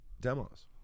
demos